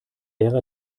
ära